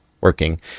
working